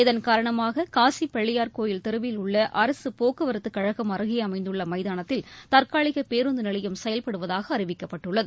இதன்காரணமாக காசிப் பிள்ளையார் கோயில் தெருவில் உள்ள அரசுப் போக்குவரத்துக் கழகம் அருகே அமைந்துள்ள மைதானத்தில் தற்காலிக பேருந்து நிலையம் செயல்படுவதாக அறிவிக்கப்பட்டுள்ளது